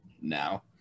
now